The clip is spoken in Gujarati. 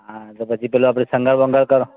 હા તો પછી પેલો આપણે શણગાર બણગાર કરો